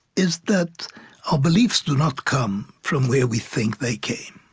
is that our beliefs do not come from where we think they came.